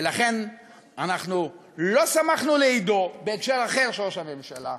ולכן אנחנו לא שמחנו לאידו בהקשר אחר של ראש הממשלה,